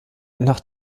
nach